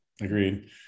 Agreed